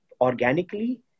organically